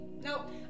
Nope